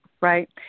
right